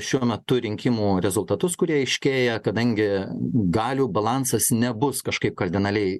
šiuo metu rinkimų rezultatus kurie aiškėja kadangi galių balansas nebus kažkaip kardinaliai